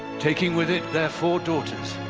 taking with it their four daughters.